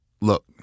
look